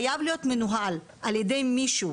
הנושא חייב להיות מנוהל על ידי מישהו,